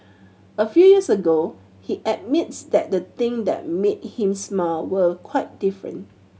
a few years ago he admits that the thing that made him smile were quite different